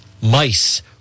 mice